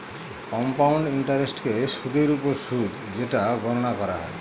compound ইন্টারেস্টকে সুদের ওপর সুদ যেটা গণনা করা হয়